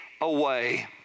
away